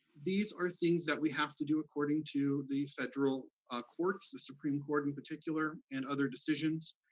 these are things that we have to do according to the federal courts, the supreme court in particular, and other decisions.